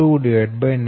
11008012